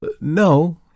No